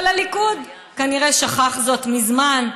אבל הליכוד כנראה שכח זאת מזמן.